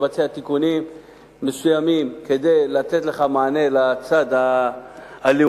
לבצע תיקונים מסוימים כדי לתת לך מענה לצד הלאומי,